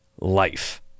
life